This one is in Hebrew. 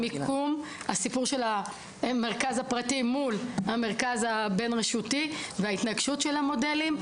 הסיפור של המרכז הפרטי מול המרכז הבין רשותי וההתנגשות של המודלים.